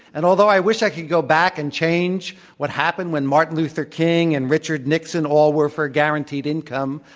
and although i wish i can go back and change what happened when martin luther king and richard nixon all were for a guaranteed income,